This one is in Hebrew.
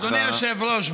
אדוני היושב-ראש,